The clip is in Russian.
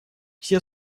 все